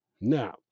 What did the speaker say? Now